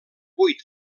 vuit